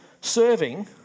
serving